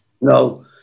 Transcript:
No